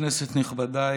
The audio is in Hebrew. כנסת נכבדה,